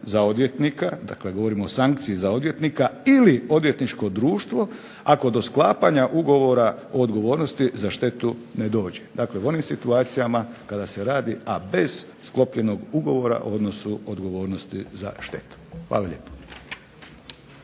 za odvjetnika, dakle govorimo o sankciji za odvjetnika ili odvjetničko društvo ako do sklapanja ugovora o odgovornosti za štetu ne dođe. Dakle, u onim situacijama kada se radi, a bez sklopljenog ugovora o odnosu odgovornosti za štetu. Hvala lijepo.